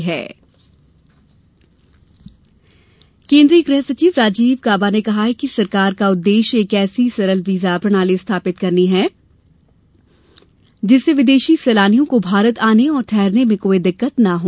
ग़ह सचिव e visa केन्द्रीय गृह सचिव राजीव गॉबा ने कहा है कि सरकार का उद्देश्य एक ऐसी सरल वीज़ा प्रणाली स्थापित करनी है जिससे विदेशी सैलानियों को भारत आने और ठहरने में कोई दिक्कत न हो